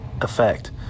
effect